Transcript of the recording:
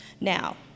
Now